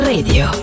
Radio